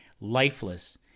lifeless